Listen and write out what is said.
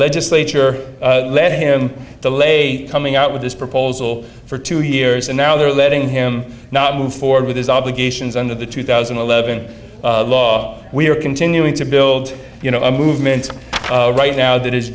legislature led him to lay coming out with this proposal for two years and now they're letting him not move forward with his obligations under the two thousand and eleven law we are continuing to build you know a movement right now that is